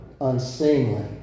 unseemly